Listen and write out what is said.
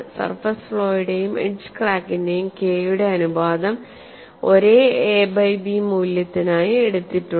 surface ഫ്ളോയുടെയും edge ക്രാക്കിന്റെയും k യുടെ അനുപാതംഒരേ എ ബൈ ബി മൂല്യത്തിനായി എടുത്തിട്ടുണ്ട്